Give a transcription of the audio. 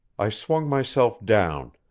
i swung myself down,